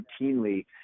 routinely